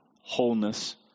wholeness